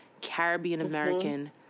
Caribbean-American